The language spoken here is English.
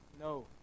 No